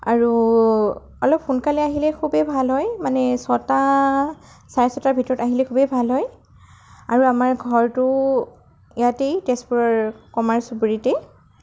আৰু অলপ সোনকালে আহিলে খুবেই ভাল হয় মানে ছটা চাৰে ছটাৰ ভিতৰত আহিলে খুবেই ভাল হয় আৰু আমাৰ ঘৰটো ইয়াতেই তেজপুৰৰ কমাৰ চুবুৰীতে